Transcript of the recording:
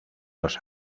los